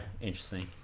interesting